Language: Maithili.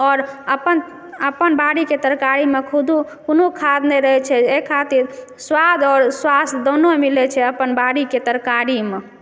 आओर अपन अपन बाड़ीके तरकारीमे कोदो कोनो खाद नहि रहय छै अइ खातिर सुआद आओर स्वास्थ्य दोनो मिलय छै अपन बाड़ीके तरकारीमे